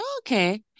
Okay